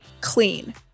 Clean